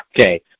Okay